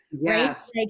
Yes